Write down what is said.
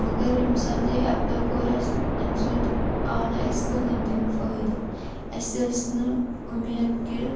مگر ییٚمہِ ساتہٕ یہِ ایٚپلے کوٚر اسہِ امہِ سۭتۍ آو نہٕ اَسہِ کٕہٕنۍ تہِ نہٕ فٲیِدٕ اَسہِ ٲس نہٕ اُمید کہِ